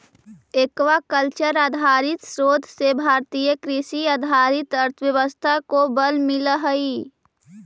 aquacultural आधारित शोध से भारतीय कृषि आधारित अर्थव्यवस्था को बल मिलअ हई